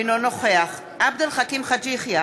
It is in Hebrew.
אינו נוכח עבד אל חכים חאג' יחיא,